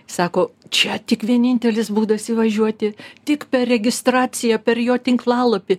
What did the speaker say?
sako čia tik vienintelis būdas įvažiuoti tik per registraciją per jo tinklalapį